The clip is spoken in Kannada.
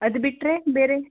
ಅದು ಬಿಟ್ಟರೆ ಬೇರೆ